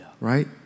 right